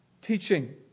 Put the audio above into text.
teaching